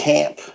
Camp